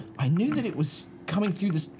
i knew that it was coming through this